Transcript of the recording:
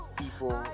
people